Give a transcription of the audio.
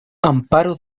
amparo